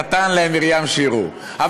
ותען להם מרים שירו, ".